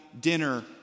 dinner